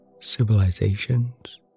civilizations